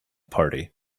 party